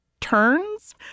turns